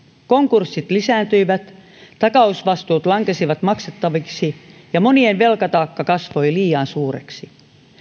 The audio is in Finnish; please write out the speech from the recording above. konkurssit lisääntyivät takausvastuut lankesivat maksettaviksi ja monien velkataakka kasvoi liian suureksi